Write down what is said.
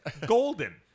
Golden